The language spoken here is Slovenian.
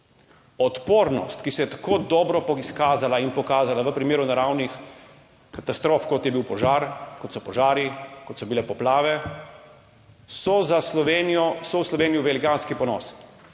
Odpornost, ki se je tako dobro izkazala in pokazala v primeru naravnih katastrof, kot je bil požar, kot so požari, kot so bile poplave, so za Slovenijo, so v Sloveniji velikanski ponos.